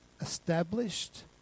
established